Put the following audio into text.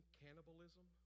cannibalism